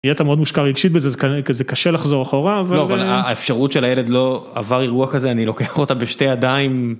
נהיית מאוד מושקע רגשית בזה זה קשה לחזור אחורה. לא אבל האפשרות של הילד לא עבר אירוע כזה אני לוקח אותה בשתי ידיים.